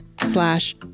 slash